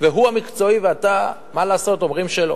הוא המקצועי ואתה, מה לעשות, אומרים שלא.